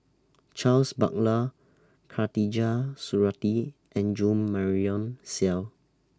Charles Paglar Khatijah Surattee and Jo Marion Seow